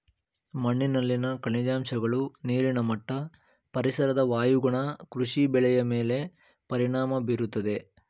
ಮಣ್ಣಿನಲ್ಲಿನ ಖನಿಜಾಂಶಗಳು, ನೀರಿನ ಮಟ್ಟ, ಪರಿಸರದ ವಾಯುಗುಣ ಕೃಷಿ ಬೆಳೆಯ ಮೇಲೆ ಪರಿಣಾಮ ಬೀರುತ್ತದೆ